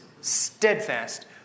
steadfast